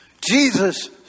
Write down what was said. Jesus